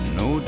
no